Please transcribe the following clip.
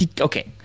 Okay